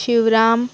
Shivram